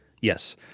Yes